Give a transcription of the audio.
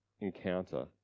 encounter